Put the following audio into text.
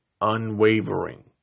unwavering